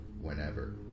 whenever